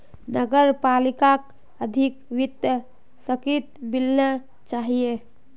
नगर पालिकाक अधिक वित्तीय शक्ति मिलना चाहिए